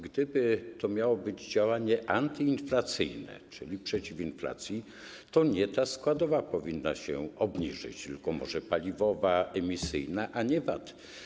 Gdyby to miało być działanie antyinflacyjne, czyli przeciw inflacji, to nie ta składowa powinna się obniżyć, tylko może paliwowa, emisyjna, a nie VAT.